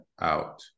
out